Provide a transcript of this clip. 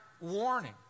warning